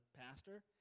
pastor